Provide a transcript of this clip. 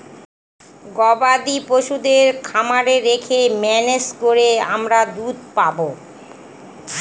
গবাদি পশুদের খামারে রেখে ম্যানেজ করে আমরা দুধ পাবো